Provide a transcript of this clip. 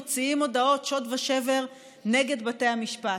מוציאים הודעות שוד ושבר נגד בתי המשפט.